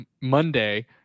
monday